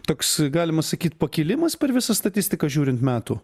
toks galima sakyt pakilimas per visą statistiką žiūrint metų